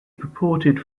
purported